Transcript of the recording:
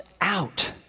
out